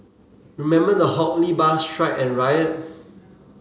remember the Hock Lee bus strike and riot